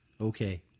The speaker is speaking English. Okay